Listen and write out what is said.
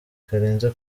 karenze